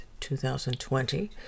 2020